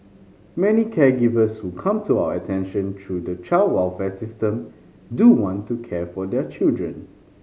many caregivers who come to our attention through the child welfare system do want to care for their children